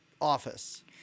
office